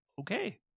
okay